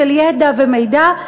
של ידע ומידע,